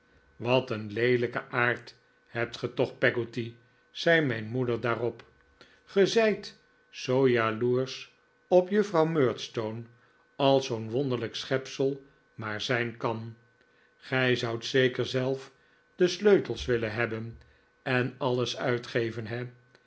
wat een leelijken aard hebt ge toch peggotty zei mijn moeder daarop ge zijt zoo jaloersch op juffrouw murdstone als zoo'n wonderlijk schepsel maar zijn kan gij zoudt zeker zelf de sleutels willen hebben en alles uitgeven he